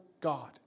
God